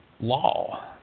law